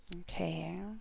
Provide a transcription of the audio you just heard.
Okay